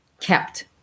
kept